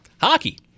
hockey